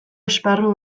esparru